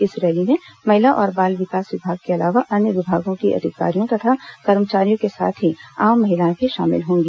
इस रैली में महिला और बाल विकास विभाग के अलावा अन्य विभागों की अधिकारियों तथा कर्मचारियों के साथ ही आम महिलाएं भी शामिल होंगी